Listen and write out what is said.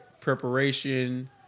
preparation